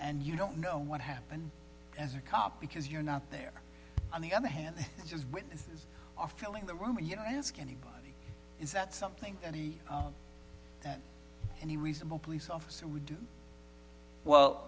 and you don't know what happened as a cop because you're not there on the other hand they just are filling the room and you know ask anybody is that something that he that any reasonable police officer would do well